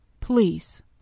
please